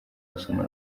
gusoma